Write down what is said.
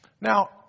Now